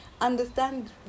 Understand